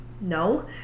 No